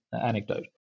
anecdote